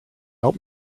help